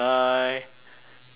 twenty